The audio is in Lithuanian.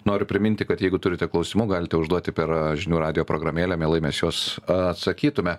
noriu priminti kad jeigu turite klausimų galite užduoti per žinių radijo programėlę mielai mes juos atsakytume